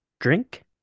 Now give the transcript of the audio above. drink